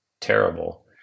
terrible